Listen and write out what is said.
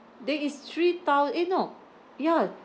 that is three thou~ eh no ya